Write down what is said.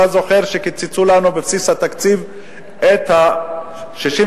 אתה זוכר שקיצצו לנו בבסיס התקציב את 64